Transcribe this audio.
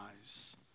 eyes